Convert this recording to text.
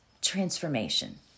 transformation